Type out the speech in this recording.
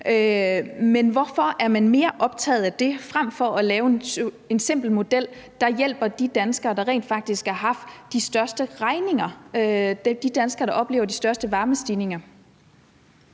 men hvorfor er man mere optaget af det fremfor at lave en simpel model, der hjælper de danskere, der rent faktisk har haft de største regninger, de danskere, der oplever de største varmestigninger?